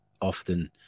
often